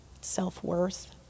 self-worth